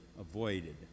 avoided